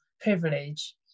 privilege